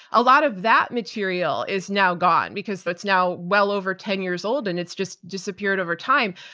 a lot of that material is now gone, because that's now well over ten years old and it's just disappeared over time,